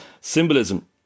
symbolism